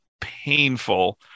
painful